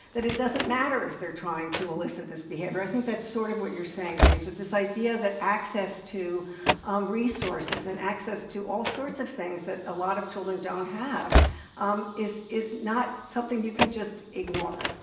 that it doesn't matter if they're trying to elicit this behavior. i think that's sort of what you're saying, paige, is this idea that access to um resources and access to all sorts of things that a lot of children don't have um is is not something you can just ignore.